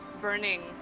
burning